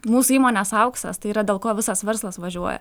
mūsų įmonės auksas tai yra dėl ko visas verslas važiuoja